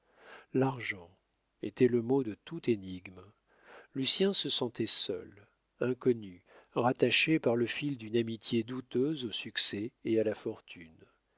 l'argent était le mot de toute énigme lucien se sentait seul inconnu rattaché par le fil d'une amitié douteuse au succès et à la fortune